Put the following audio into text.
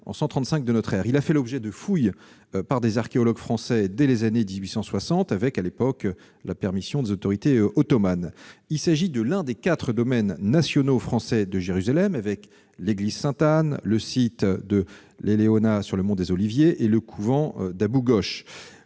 en 135 de notre ère. Il a fait l'objet de fouilles par des archéologues français dès les années 1860 avec, à l'époque, la permission des autorités ottomanes. Il s'agit de l'un des quatre domaines nationaux français de Jérusalem, avec l'église Sainte-Anne, le site de l'Eléona sur le mont des Oliviers et le couvent d'Abou Gosh.